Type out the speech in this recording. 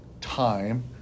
time